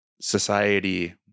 society